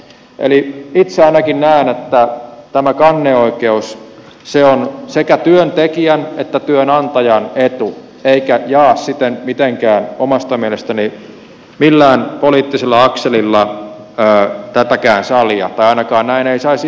itse ainakin näen että tämä kanneoikeus on sekä työntekijän että työnantajan etu eikä jaa siten mitenkään omasta mielestäni millään poliittisella akselilla tätäkään salia tai ainakaan näin ei saisi olla